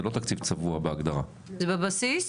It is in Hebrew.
זה בבסיס?